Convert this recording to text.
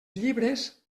llibres